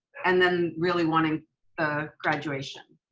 and then really wanting the graduation.